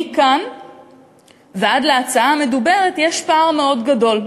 מכאן ועד להצעה המדוברת יש פער מאוד גדול.